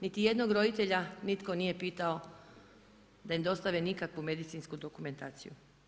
Niti jednog roditelja nitko nije pitao da im dostave nikakvu medicinsku dokumentaciju.